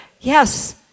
Yes